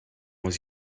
was